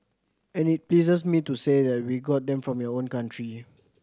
and it pleases me to say that we got them from your own country